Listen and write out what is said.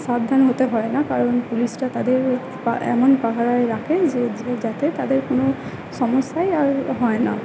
সাবধান হতে হয় না কারণ পুলিশরা তাদের এমন পাহারায় রাখে যে যাতে তাদের কোনো সমস্যাই আর হয় না